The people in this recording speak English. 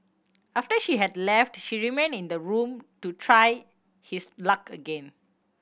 after she had left he remained in the room to try his luck again